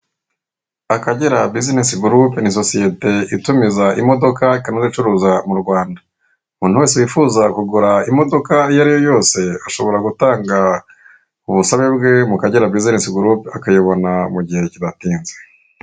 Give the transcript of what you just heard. Akagera Business Group ni sosiyete itumiza, ikanacuruza imodoka mu Rwanda. Umuntu wese wifuza kugura imodoka iyo ari yo yose, ashobora gutanga ubusabe bwe mu Akagera, akayibona bidatinze.